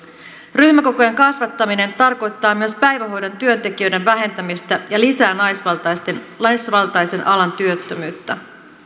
ryhmäkokojen kasvattaminen tarkoittaa myös päivähoidon työntekijöiden vähentämistä ja lisää naisvaltaisen naisvaltaisen alan työttömyyttä